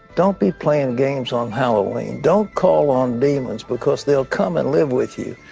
don't be playing games on halloween. don't call on demons because they'll come and live with you.